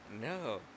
No